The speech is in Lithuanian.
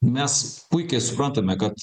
mes puikiai suprantame kad